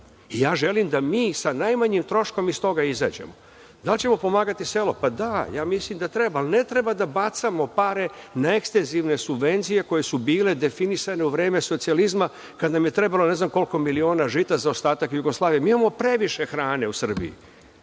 Ja želim da mi sa najmanjim troškom iz toga izađemo. Da li ćemo pomagati selo? Pa da, ja mislim da treba, ali ne treba da bacamo pare na ekstenzivne subvencije koje su bile definisane u vreme socijalizma kad nam je trebalo ne znam koliko miliona žita za ostatak Jugoslavije. Mi imamo previše hrane u Srbiji. Mi